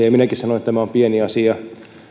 ja minäkin sanon että tämä on pieni asia